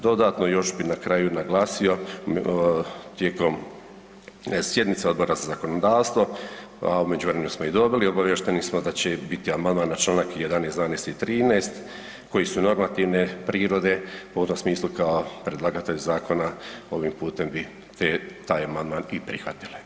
Dodatno još bi na kraju naglasio, tijekom sjednica Odbora za zakonodavstvo, a u međuvremenu smo i dobili, obaviješteni smo da će i biti amandman na čl. 11., 12. i 13. koji su normativne prirode, pa u tom smislu kao predlagatelj zakona ovim putem bi te, taj amandman i prihvatili.